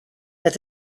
that